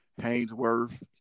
Haynesworth